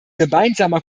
gemeinsamer